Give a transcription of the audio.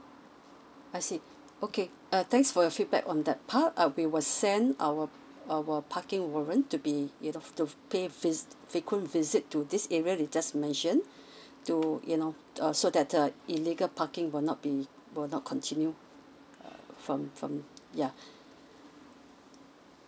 I see okay uh thanks for your feedback on that part uh we will send our our parking warrant to be you know to pay fe~ frequent visit to this area you just mentioned to you know uh so that the illegal parking will not be will not continue from from ya